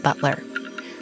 Butler